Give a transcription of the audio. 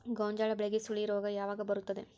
ಗೋಂಜಾಳ ಬೆಳೆಗೆ ಸುಳಿ ರೋಗ ಯಾವಾಗ ಬರುತ್ತದೆ?